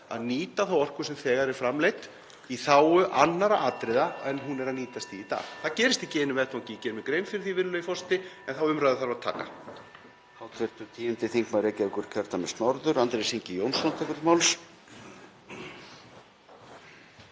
að nýta þá orku sem þegar er framleidd í þágu annarra atriða en hún er að nýtast í í dag. Það gerist ekki í einu vetfangi, ég geri mér grein fyrir því, virðulegi forseti, en þá umræðu þarf að taka.